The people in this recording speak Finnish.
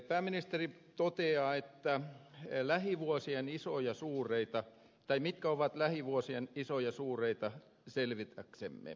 pääministeri toteaa että ei lähivuosien isoja suureita mitkä ovat lähivuosien isoja suureita selvitäksemme sitten hän luettelee